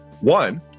One